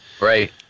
Right